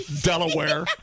Delaware